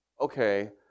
okay